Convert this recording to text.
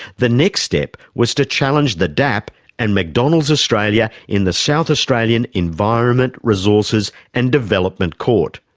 the next step was the challenge the dap and mcdonald's australia in the south australian environment, resources and development court.